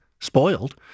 spoiled